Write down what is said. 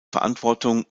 verantwortung